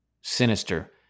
sinister